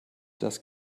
das